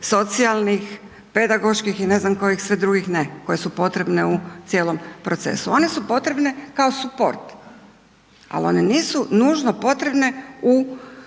pedagoških i ne znam kojih svih drugih ne koje su potrebne u cijelom procesu. One su potrebne kao suport, ali one nisu nužno potrebne u,